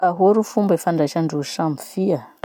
Ahoa ro fomba ifandraisandrozy samy fia?